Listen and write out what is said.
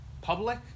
public